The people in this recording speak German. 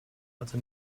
also